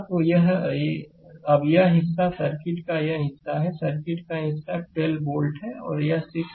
तो अब यह हिस्सा सर्किट का यह हिस्सा है सर्किट का यह हिस्सा 12 वोल्ट है और यह 6 Ω सीरीज में है